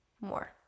more